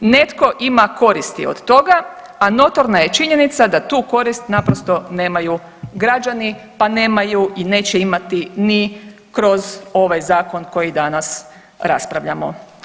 Netko ima koristi od toga, a notorna je činjenica da tu korist naprosto nemaju građani, pa nemaju i neće imati ni kroz ovaj zakon koji danas raspravljamo.